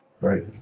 Right